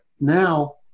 Now